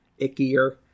ickier